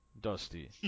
Dusty